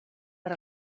per